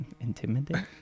intimidate